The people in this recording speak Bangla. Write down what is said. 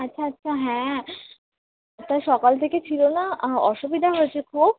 আচ্ছা আচ্ছা হ্যাঁ তা সকাল থেকে ছিলো না অসুবিধা হয়েছে খুব